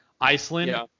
Iceland